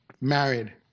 married